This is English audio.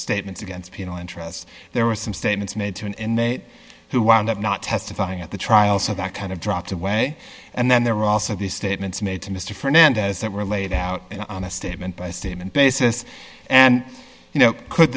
statements against people interests there were some statements made to an inmate who wound up not testifying at the trial so that kind of dropped away and then there were also these statements made to mr fernandez that were laid out on a statement by statement basis and you know could